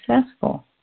successful